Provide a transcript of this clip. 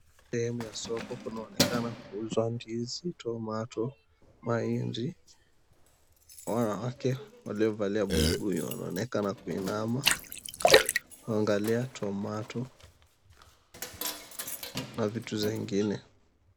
Sehemu ya soko inaonekana kuuzwa ndizi, tomato , mahindi. Wanawake waliovalia buibui wanaonekana kuinama kuangalia tomato na vitu zingine.